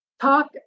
talk